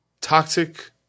toxic